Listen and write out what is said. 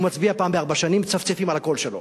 הוא מצביע פעם בארבע שנים, מצפצפים על הקול שלו.